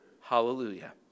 hallelujah